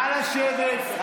נא לשבת.